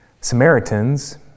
Samaritans